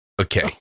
Okay